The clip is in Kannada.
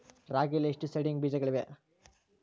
ರಾಗಿಯಲ್ಲಿ ಎಷ್ಟು ಸೇಡಿಂಗ್ ಬೇಜಗಳಿವೆ?